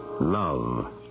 love